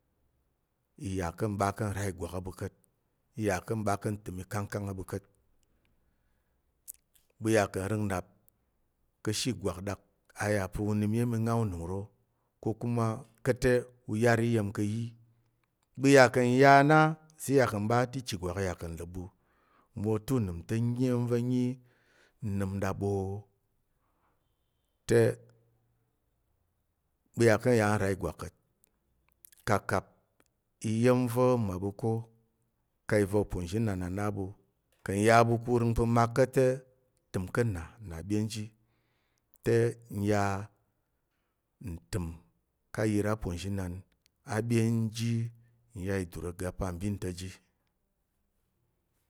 I yà ka̱ mɓa ka̱ nra igwak a ɓu ka̱t i yà ka̱ mɓa ka̱ ntəm ikangkang a ɓu ka̱t. Ɓu yà ka̱ nrəng nnap ka̱she ìgwak ɗak a ya pa̱ u nəm iya̱m inga ûnəm ro ko kuma ka̱t te u yar iyiya̱m ka ayi ɓu yà nya uzi i yà ka̱ mɓa te ichugwak i ya ka̱ la̱p ɓu. Mwote unəm ta̱ nyi iya̱m va̱ nyi n nəm ɗaɓo. Te ɓu ya ka̱ nya nra ìgwak ka̱t. Kapkap iya̱m va̱ mmaɓu ko ka̱ iva̱ uponzhinan a na ɓu ka̱ nya ɓu ku rəng pa̱ mak ka̱t te, təm ka̱ nna, nna ɓyen ji. Te n ya ntəm ka ayər aponzhi nan a ɓyen ji nya idur ga apambin ta̱ ji.